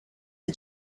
are